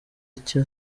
icyo